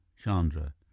Chandra